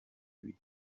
lui